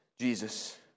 Jesus